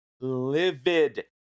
livid